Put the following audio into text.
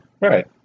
Right